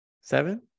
Seven